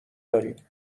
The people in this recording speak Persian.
داریم